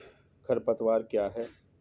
खरपतवार क्या है?